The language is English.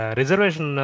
reservation